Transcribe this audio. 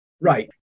Right